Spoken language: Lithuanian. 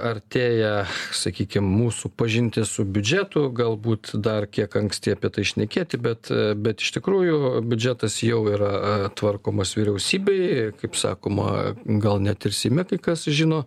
artėja sakykim mūsų pažintis su biudžetu galbūt dar kiek anksti apie tai šnekėti bet bet iš tikrųjų biudžetas jau yra tvarkomas vyriausybėj kaip sakoma gal net ir seime kai kas žino